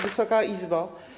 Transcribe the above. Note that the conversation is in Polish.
Wysoka Izbo!